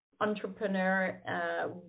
entrepreneur